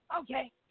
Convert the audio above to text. Okay